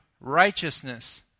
righteousness